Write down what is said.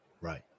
right